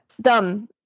done